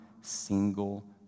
single